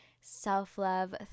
self-love